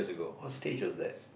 what stage was that